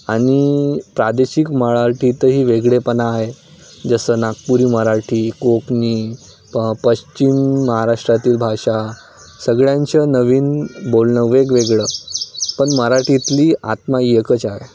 आणि प्रादेशिक मराठीतही वेगळेपणा आहे जसं नागपुरी मराठी कोकणी प पश्चिम महाराष्ट्रातील भाषा सगळ्यांचं नवीन बोलणं वेगवेगळं पण मराठीतली आत्मा एकच आहे